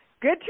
Good